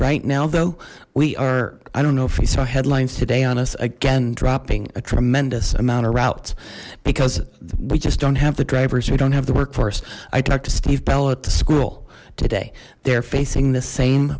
right now though we are i don't know if we saw headlines today on us again dropping a tremendous amount of routes because we just don't have the drivers who don't have the work for i talked to steve bell at the school today they're facing the same